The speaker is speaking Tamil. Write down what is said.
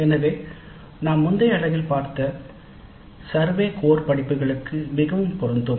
எனவே நாம் முந்தைய அலகில் பார்த்த சர்வே கோர் படிப்புகளுக்கு மிகவும் பொருந்தும்